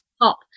top